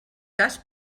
cas